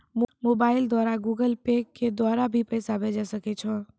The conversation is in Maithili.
मोबाइल द्वारा गूगल पे के द्वारा भी पैसा भेजै सकै छौ?